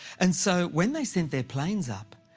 and so when they sent their planes up,